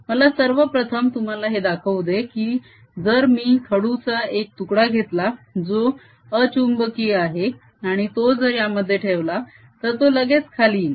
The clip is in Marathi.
मला सर्वप्रथम तुम्हाला हे दाखवू दे की जर मी खडू चा एक तुकडा घेतला जो अचूम्बकीय आहे आणि तो जर यामध्ये ठेवला तर तो लगेच खाली येईल